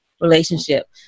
relationship